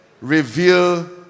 reveal